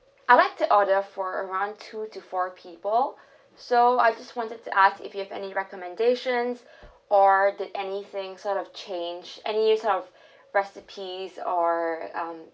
I like to order for around two to four people so I just wanted to ask if you have any recommendation or did anything sort of change any sort of recipes or um